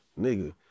nigga